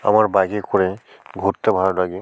আমার বাইকে করে ঘুরতে ভালো লাগে